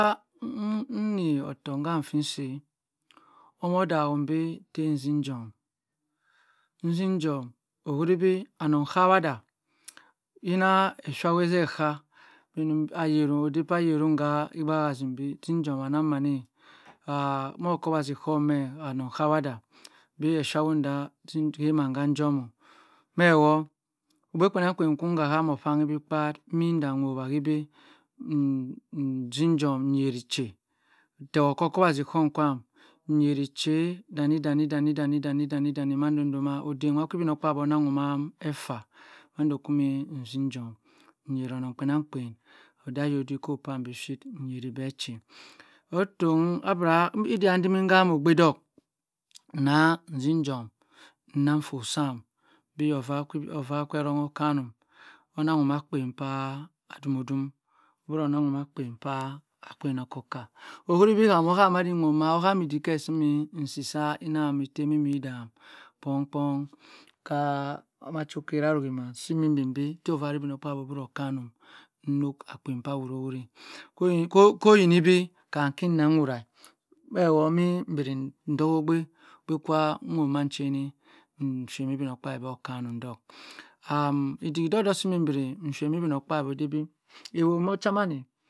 Uni ottoh gham kusi omoh dahum bi tah zin jom nzinjom ohurubi anong kuwada yina oshaha enie ka ayenm ody cayenm ki igbahazim bi zim jom anang maneh ah mo kowazhy chom meh anong kawadah bi eshawo dah zini mam cha njom oh meh wo ogbekpienangkpien nhahamo kpanyi bi kpa mmi dh wowa hi beh mjijom nyari che nterword ko ochuwazi chom cham nyari che danny, danny danny danny mando efah mandoh ku mi nzijom nyarong kpienankpien odey ayodikop kwam bishi nyaribeh chiem iddiah mbri ghamo ogbe odok nna nzijom nnang foo sum bi over kwenong okanum onanghum akpien kwa adumodum tey onanghum ma akpien okaka okhurubi ma oham mazi woma oham iddik keh kimi si sa inang mi tem emidhan kpong kpong kamacho oruriman simh ben bi teh ovar igbmokpabi obriokanum nuk akpien ka wurowuri koniyib kam ki nah wureh meh woh imi embri ndoho ogbe, ogbe kwa nwoma cheni nshami igmokpabi ten okanum dok aha iddik ddok ddok kimi bri shami igbmokpabk odey bi owusaman-e